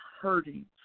hurting